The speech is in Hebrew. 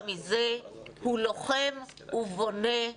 מִזֶּה: הוִא לוֹחֵם וּבוֹנֶה וּבוֹרֵא.